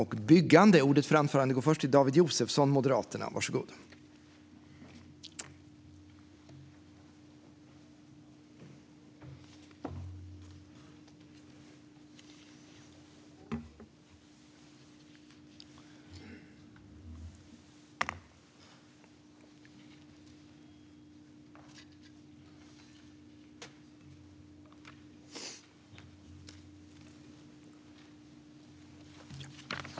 Herr talman!